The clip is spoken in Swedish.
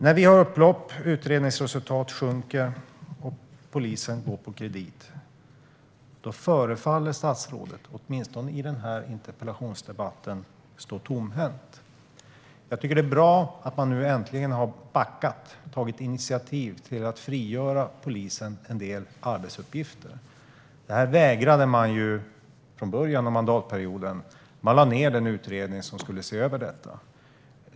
När vi har upplopp, utredningsresultaten sjunker och polisen går på kredit förefaller statsrådet, åtminstone i denna interpellationsdebatt, att stå tomhänt. Jag tycker att det är bra att man nu äntligen har backat och tagit initiativ till att frigöra polisen från en del arbetsuppgifter. Detta vägrade man i början av mandatperioden - man lade ned den utredning som skulle se över detta.